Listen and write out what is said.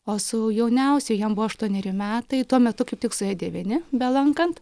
o su jauniausiu jam buvo aštuoneri metai tuo metu kaip tik suėjo devyni be lankant